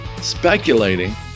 Speculating